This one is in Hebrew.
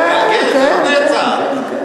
זה מתגלגל, כן, כן, כן, כן.